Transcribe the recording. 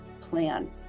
plan